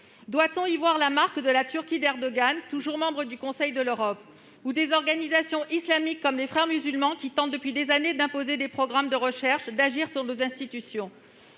Doit-on y voir la marque de la Turquie d'Erdogan, toujours membre du Conseil de l'Europe, ou des organisations islamistes, comme les Frères musulmans, qui tentent depuis des années d'imposer des programmes de recherche et d'agir sur nos institutions ?